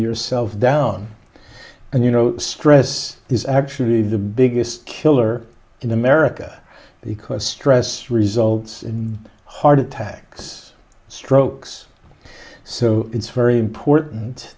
yourself down and you know stress is actually the biggest killer in america because stress results heart attacks strokes so it's very important